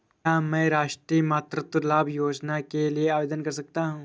क्या मैं राष्ट्रीय मातृत्व लाभ योजना के लिए आवेदन कर सकता हूँ?